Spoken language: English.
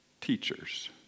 teachers